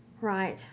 Right